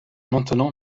maintenant